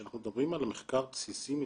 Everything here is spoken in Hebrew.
כשאנחנו מדברים על מחקר בסיסי מלכתחילה,